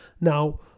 Now